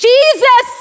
Jesus